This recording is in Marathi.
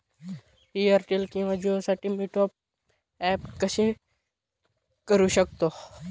एअरटेल किंवा जिओसाठी मी टॉप ॲप कसे करु शकतो?